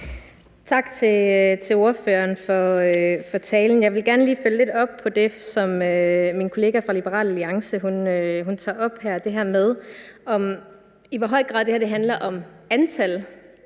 Tak til ordføreren for talen. Jeg vil gerne lige følge lidt op på det, som min kollega fra Liberal Alliance tager op her, nemlig det her med,